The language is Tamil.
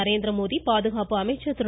நரேந்திரமோடி பாதுகாப்பு அமைச்சர் திரு